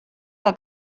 que